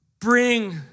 bring